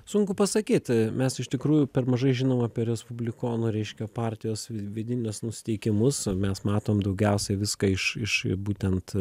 sunku pasakyt mes iš tikrųjų per mažai žinom apie respublikonų reiškia partijos vidinius nusiteikimus o mes matom daugiausiai viską iš iš būtent